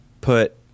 put